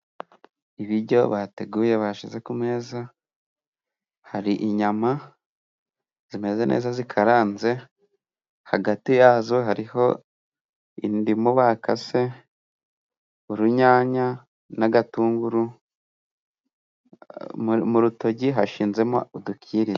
Ibiryo bateguye bashyize ku meza hari inyama zimeze neza zikaranze hagati yazo hariho indimu bakase, urunyanya n'agatunguru mu rutoryi hashizemo udukirida.